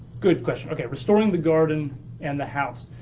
good question. okay, restoring the garden and the house.